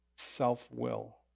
self-will